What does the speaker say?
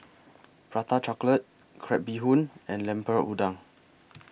Prata Chocolate Crab Bee Hoon and Lemper Udang